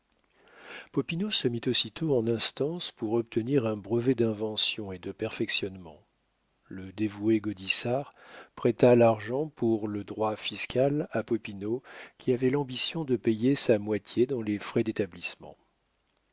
se mit aussitôt en instance pour obtenir un brevet d'invention et de perfectionnement le dévoué gaudissart prêta l'argent pour le droit fiscal à popinot qui avait l'ambition de payer sa moitié dans les frais